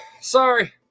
Sorry